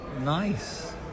nice